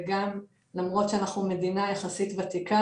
וגם למרות שאנחנו מדינה יחסית ותיקה